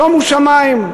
שומו שמים,